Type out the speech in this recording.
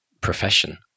profession